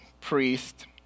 priest